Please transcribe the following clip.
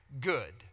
good